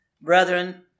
brethren